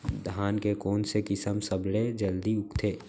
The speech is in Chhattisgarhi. धान के कोन से किसम सबसे जलदी उगथे?